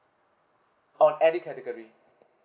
on any category